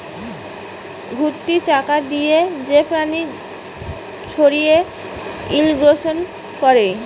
ঘুরতি চাকা দিয়ে যে পানি ছড়িয়ে ইরিগেশন করে